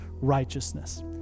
righteousness